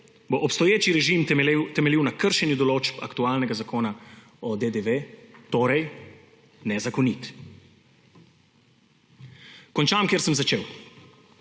obstoječi režim temeljil na kršenju določb aktualnega Zakona o DDV, torej bo nezakonit. Končam, kjer sem začel.